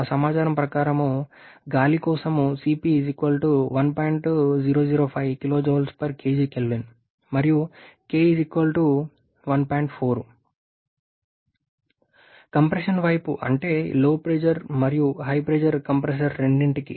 ఆ సమాచారం ప్రకారం గాలి కోసం మరియు కంప్రెషన్ వైపు అంటే LP మరియు HP కంప్రెసర్ రెండింటికీ